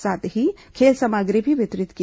साथ ही खेल सामग्री भी वितरित की